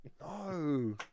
No